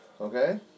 Okay